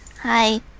hi